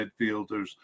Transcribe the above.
midfielders